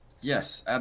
Yes